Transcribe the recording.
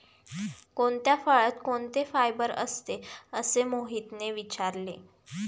कोणत्या फळात कोणते फायबर असते? असे मोहितने विचारले